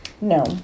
no